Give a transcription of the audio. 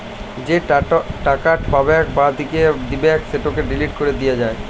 যে টাকাট পাবেক বা দিবেক সেটকে ডিলিট ক্যরে দিয়া যায়